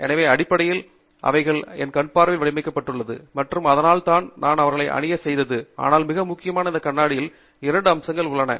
எனவே அடிப்படையில் அவைகள் என் கண்பார்வையில் வடிவமைக்கப்பட்டுள்ளது மற்றும் அதனால் தான் நான் அவர்களை அணிய செய்தது ஆனால் மிக முக்கியமான இந்த கண்ணாடியில் இரண்டு அம்சங்கள் உள்ளன